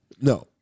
no